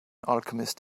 alchemist